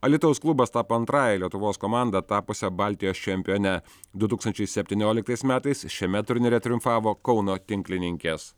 alytaus klubas tapo antrąja lietuvos komanda tapusia baltijos čempione du tūkstančiai septynioliktais metais šiame turnyre triumfavo kauno tinklininkės